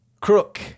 Crook